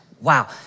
wow